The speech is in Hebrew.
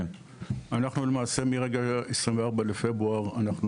למעשה, מה-24 בפברואר אנחנו